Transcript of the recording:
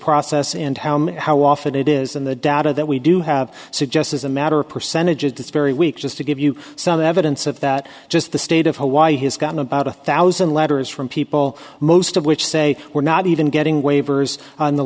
process and how many how often it is in the data that we do have suggests is a matter of percentages it's very weak just to give you some evidence of that just the state of hawaii has gotten about a thousand letters from people most of which say we're not even getting waivers on the